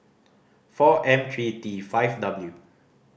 four M three T five W